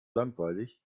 langweilig